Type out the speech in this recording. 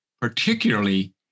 particularly